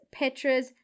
Petras